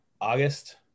August